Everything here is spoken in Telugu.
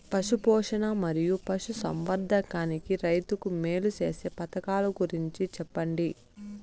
పశు పోషణ మరియు పశు సంవర్థకానికి రైతుకు మేలు సేసే పథకాలు గురించి చెప్పండి?